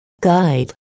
guide